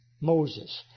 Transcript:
Moses